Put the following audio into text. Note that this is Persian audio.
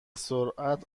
سرعت